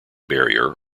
barrier